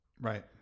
Right